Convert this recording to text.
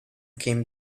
came